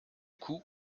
coup